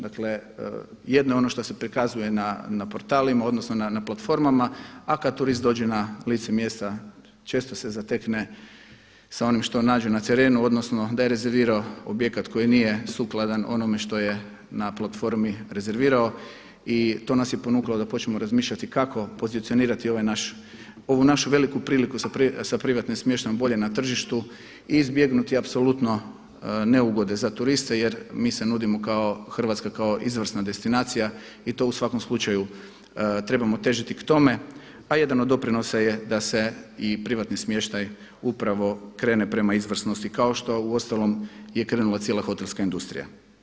Dakle jedno je ono što se prikazuje na portalima odnosno na platformama, a kada turist dođe na lice mjesta često se zatekne sa onim što nađe na terenu odnosno da je rezervirao objekat koji nije sukladan onome što je na platformi rezervirao i to nas je ponukalo da počnemo razmišljati kako pozicionirati ovu našu veliku priliku sa privatnim smještajem bolje na tržištu i izbjegnuti apsolutno neugode za turiste jer mi se nudimo Hrvatska kao izvrsna destinacija i to u svakom slučaju trebamo težiti k tome, a jedan od doprinosa je da se i privatni smještaj upravo krene prema izvrsnosti, kao što uostalom je krenula cijela hotelska industrija.